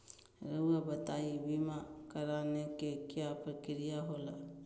रहुआ बताइं बीमा कराए के क्या प्रक्रिया होला?